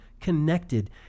connected